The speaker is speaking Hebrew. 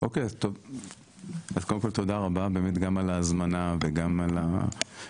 (הצגת מצגת) אז קודם כל תודה רבה גם על ההזמנה וגם על הנוכחות.